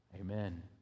Amen